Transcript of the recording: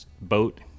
boat